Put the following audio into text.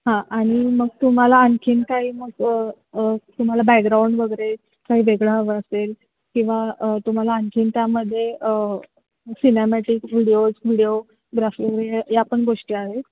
हां आणि मग तुम्हाला आणखी काही मग तुम्हाला बॅकग्राऊंड वगैरे काही वेगळं हवं असेल किंवा तुम्हाला आणखी त्यामध्ये सिनेमॅटिक व्हिडिओज व्हिडीओग्राफी वगैरे या पण गोष्टी आहेत